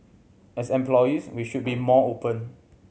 as employees we should be more open